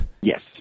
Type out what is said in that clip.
Yes